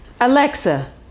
Alexa